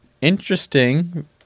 Interesting